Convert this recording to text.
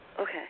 Okay